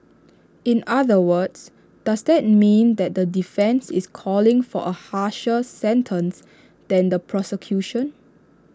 in other words does that mean that the defence is calling for A harsher sentence than the prosecution